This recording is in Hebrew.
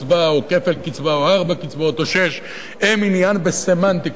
קצבה או כפל קצבה או ארבע קצבאות או שש הן עניין בסמנטיקה.